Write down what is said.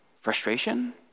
frustration